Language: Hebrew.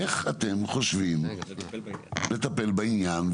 איך אתם חשובים לטפל בעניין,